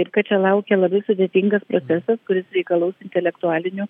ir kad čia laukia labai sudėtingas procesas kuris reikalaus intelektualinių